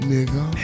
Nigga